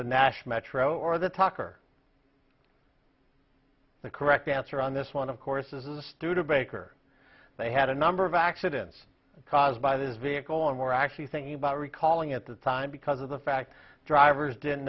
the nash metro or the tucker the correct answer on this one of course is a studebaker they had a number of accidents caused by this vehicle and were actually thinking about recalling at the time because of the fact drivers didn't